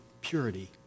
purity